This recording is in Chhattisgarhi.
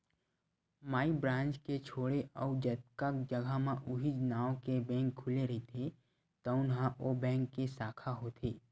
माई ब्रांच के छोड़े अउ जतका जघा म उहींच नांव के बेंक खुले रहिथे तउन ह ओ बेंक के साखा होथे